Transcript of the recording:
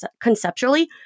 conceptually